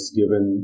given